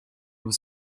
was